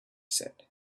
said